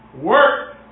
work